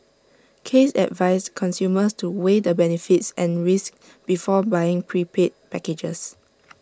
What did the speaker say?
case advised consumers to weigh the benefits and risks before buying prepaid packages